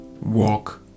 Walk